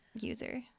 User